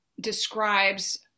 describes